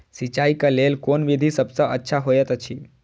सिंचाई क लेल कोन विधि सबसँ अच्छा होयत अछि?